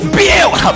build